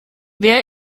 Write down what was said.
wer